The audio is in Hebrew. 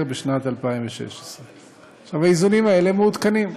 בשנת 2016. האיזונים האלה מעודכנים.